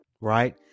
right